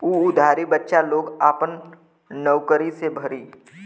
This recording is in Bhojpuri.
उ उधारी बच्चा लोग आपन नउकरी से भरी